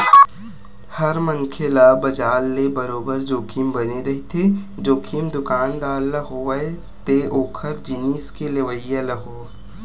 हर मनखे ल बजार ले बरोबर जोखिम बने रहिथे, जोखिम दुकानदार ल होवय ते ओखर जिनिस के लेवइया ल होवय